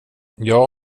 jag